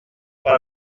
per